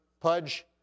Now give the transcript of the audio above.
Pudge